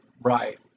Right